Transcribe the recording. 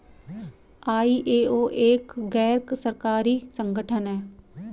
ISO एक गैर सरकारी संगठन है